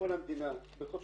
בכל המדינה בחופשיות,